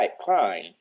Klein